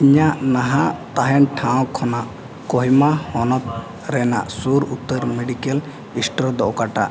ᱤᱧᱟᱹᱜ ᱱᱟᱦᱟᱜ ᱛᱟᱦᱮᱱ ᱴᱷᱟᱶ ᱠᱷᱚᱱᱟᱜ ᱠᱚᱭᱢᱟ ᱦᱚᱱᱚᱛ ᱨᱮᱱᱟᱜ ᱥᱩᱨ ᱩᱛᱟᱹᱨ ᱢᱮᱰᱤᱠᱮᱞ ᱮᱥᱴᱳᱨ ᱫᱚ ᱚᱠᱟᱴᱟᱜ